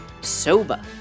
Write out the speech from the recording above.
Soba